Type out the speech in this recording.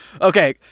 Okay